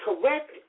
correct